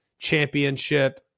championship